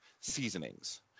seasonings